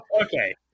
Okay